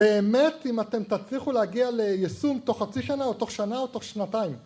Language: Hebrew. באמת אם אתם תצליחו להגיע ליישום תוך חצי שנה או תוך שנה או תוך שנתיים